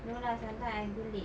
no lah sometimes I go late